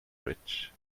rich